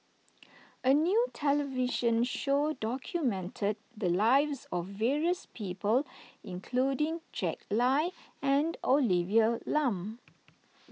a new television show documented the lives of various people including Jack Lai and Olivia Lum